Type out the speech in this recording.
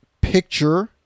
picture